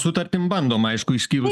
sutartim bandom aišku jis kyla